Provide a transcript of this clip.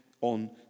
on